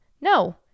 No